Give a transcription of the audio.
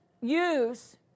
use